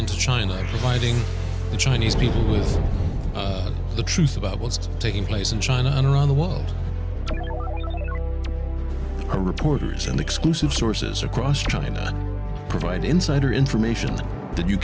into china fighting the chinese people is the truth about what's taking place in china and around the world are reporters and exclusive sources across china provide insider information